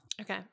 Okay